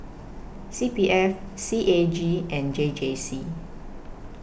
C P F C A G and J J C